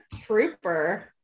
trooper